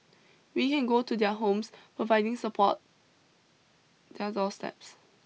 we can go to their homes providing support their doorsteps